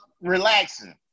relaxing